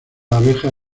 abejas